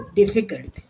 difficult